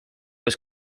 was